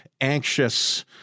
anxious